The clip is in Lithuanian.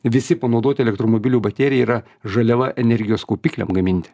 visi panaudoti elektromobilių baterija yra žaliava energijos kaupikliam gaminti